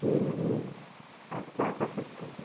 कि नहीं आप क्या कर सकते हैं